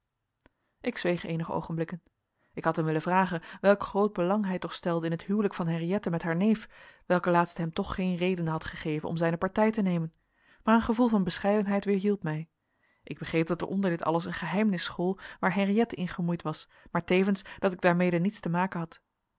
ik zweeg eenige oogenblikken ik had hem willen vragen welk groot belang hij toch stelde in het huwelijk van henriëtte met haar neef welke laatste hem toch geene redenen had gegeven om zijne partij te nemen maar een gevoel van bescheidenheid weerhield mij ik begreep dat er onder dit alles een geheimenis school waar henriëtte in gemoeid was maar tevens dat ik daarmede niets te maken had